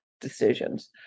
decisions